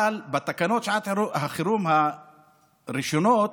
אבל בתקנות שעת החירום הראשונות,